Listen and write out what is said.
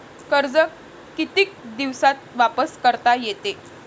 कर्ज कितीक दिवसात वापस करता येते?